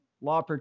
Law